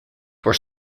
were